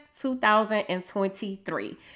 2023